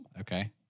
Okay